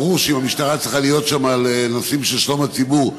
ברור שאם המשטרה צריכה להיות שם לנושאים של שלום הציבור,